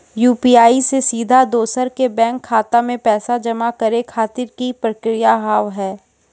UPI से सीधा दोसर के बैंक खाता मे पैसा जमा करे खातिर की प्रक्रिया हाव हाय?